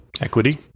equity